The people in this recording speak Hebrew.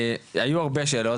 היו הרבה שאלות,